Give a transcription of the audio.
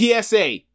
PSA